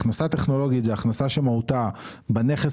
הכנסה טכנולוגית היא הכנסה שמהותה בנכס